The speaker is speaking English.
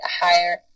higher